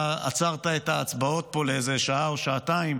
אתה עצרת את ההצבעות פה לאיזה שעה או שעתיים